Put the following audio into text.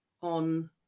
on